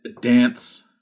Dance